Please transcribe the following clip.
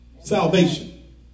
Salvation